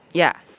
yeah.